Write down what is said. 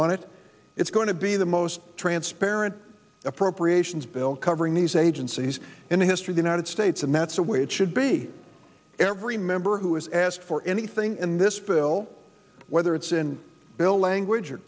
on it it's going to be the most transparent appropriations bill covering these agencies in the history the united states and that's the way it should be every member who is asked for anything in this bill whether it's in bill language or